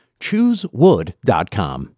Choosewood.com